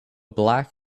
black